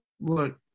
Look